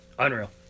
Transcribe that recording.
Unreal